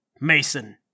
Mason